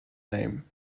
name